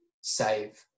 save